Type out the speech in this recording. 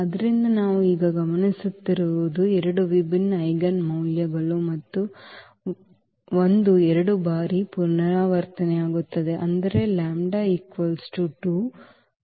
ಆದ್ದರಿಂದ ನಾವು ಈಗ ಗಮನಿಸುತ್ತಿರುವುದು ಎರಡು ವಿಭಿನ್ನ ಐಜೆನ್ ಮೌಲ್ಯಗಳು ಮತ್ತು ಒಂದು 2 ಬಾರಿ ಪುನರಾವರ್ತನೆಯಾಗುತ್ತದೆ ಅಂದರೆ λ 2 2 8